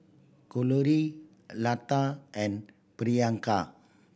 Kalluri Lata and Priyanka